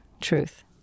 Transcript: truth